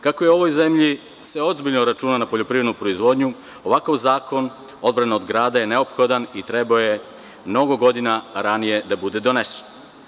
Kako se u ovoj zemlji ozbiljno računa na poljoprivrednu proizvodnju, ovakav zakon o odbrani od grada je neophodan i trebao je mnogo godina ranije da bude donesen.